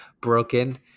broken